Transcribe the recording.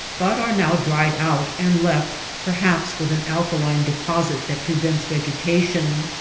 but are now dried out and left perhaps with an alkaline deposit that pre vents vegetation.